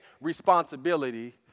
responsibility